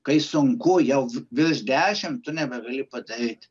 kai sunku jau virš dešimt tu nebegali padaryt